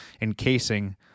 encasing